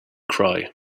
cry